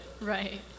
Right